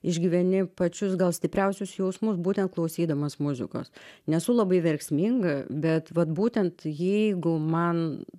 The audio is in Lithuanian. išgyveni pačius gal stipriausius jausmus būtent klausydamas muzikos nesu labai verksminga bet vat būtent jeigu man